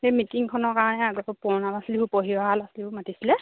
সেই মিটিংখনৰ কাৰণে আগতে পুৰণা ল'ৰা ছোৱালীবোৰ পঢ়ি অহা ল'ৰা ছোৱালীবোৰ মাতিছিলে